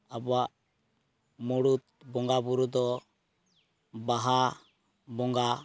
ᱟᱵᱚᱣᱟᱜ ᱢᱩᱲᱩᱫ ᱵᱚᱸᱜᱟ ᱵᱩᱨᱩ ᱫᱚ ᱵᱟᱦᱟ ᱵᱚᱸᱜᱟ